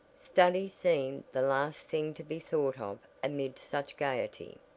study seemed the last thing to be thought of amid such gaiety.